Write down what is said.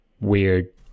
weird